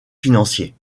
financiers